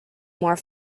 more